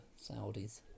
saudis